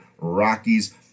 Rockies